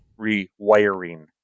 rewiring